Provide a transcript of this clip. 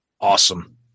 Awesome